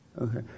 Okay